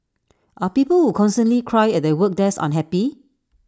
are people who constantly cry at their work desk unhappy